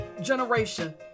generation